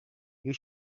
you